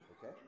Okay